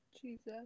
Jesus